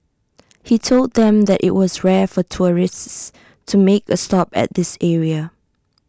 he told them that IT was rare for tourists to make A stop at this area